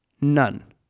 None